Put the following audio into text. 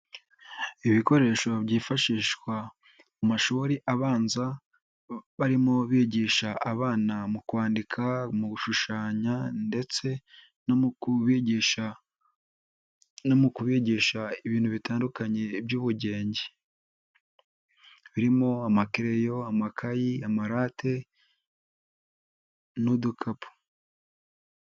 Ibikoresho byifashishwa mu mashuri abanza, barimo bigisha abana mu kwandika, mu gushushanya ndetse no mu kubigisha ibintu bitandukanye by'ubugenge, birimo amakereyo, amakayi, amarate n'udukapu.